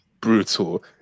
brutal